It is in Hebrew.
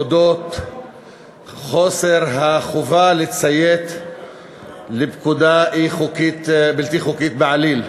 על אודות חוסר החובה לציית לפקודה בלתי חוקית בעליל.